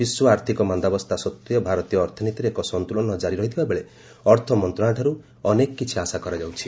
ବିଶ୍ୱ ଆର୍ଥକ ମାନ୍ଦାବସ୍ଥା ସତ୍ତ୍ୱେ ଭାରତୀୟ ଅର୍ଥନୀତିରେ ଏକ ସନ୍ତୁଳନ କାରି ରହିଥିବାବେଳେ ଅର୍ଥ ମନ୍ତ୍ରଣାଳୟଠାରୁ ଅନେକ କିଛି ଆଶା କରାଯାଉଛି